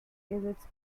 its